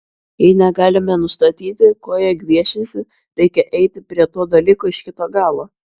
jei negalime nustatyti ko jie gviešiasi reikia eiti prie to dalyko iš kito galo